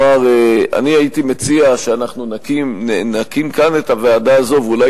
אני הייתי מציע שאנחנו נקים כאן את הוועדה הזאת ואולי